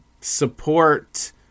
support